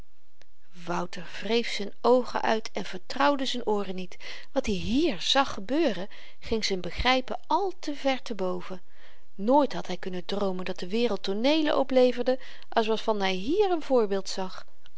wouter wreef z'n oogen uit en vertrouwde z'n ooren niet wat i hier zag gebeuren ging z'n begripjen àl te ver te boven nooit had hy kunnen droomen dat de wereld tooneelen opleverde als waarvan hy hier n voorbeeld zag